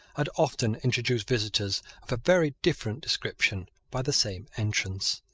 had often introduced visitors of a very different description by the same entrance.